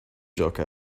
joke